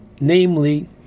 namely